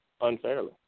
unfairly